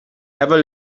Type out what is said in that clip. ever